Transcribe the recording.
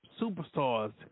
superstars